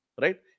right